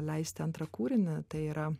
leisti antrą kūrinį tai yra